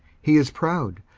he is proud,